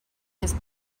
his